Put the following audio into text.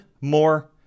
more